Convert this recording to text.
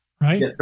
right